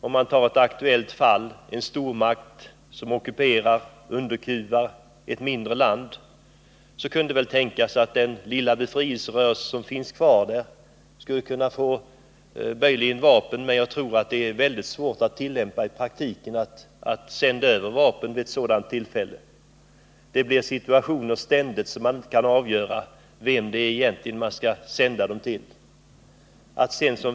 Jag kan ta ett aktuellt fall: en stormakt ockuperar och underkuvar ett mindre land. Det kan väl tänkas att den lilla befrielserörelse som finns kvar där skulle kunna få vapen, men jag tror att det är väldigt svårt att i praktiken sända över vapen vid ett sådant tillfälle. Det uppkommer ständigt situationer, där det är svårt att avgöra till vem vapnen skall sändas.